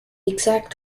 exact